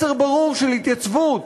מסר ברור של התייצבות